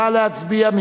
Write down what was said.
נא להצביע.